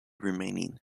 remaining